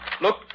Look